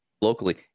locally